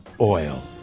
Oil